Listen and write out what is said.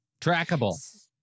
Trackable